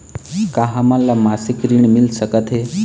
का हमन ला मासिक ऋण मिल सकथे?